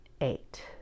eight